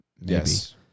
Yes